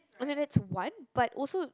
okay that's one but also